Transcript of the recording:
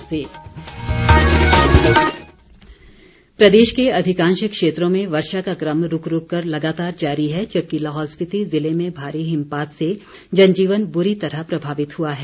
मौसम प्रदेश के अधिकांश क्षेत्रों में वर्षा का क्रम रूक रूक कर लगातार जारी है जबकि लाहौल स्पीति ज़िले में भारी हिमपात से जनजीवन बुरी तरह प्रभावित हुआ है